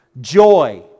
joy